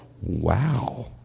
wow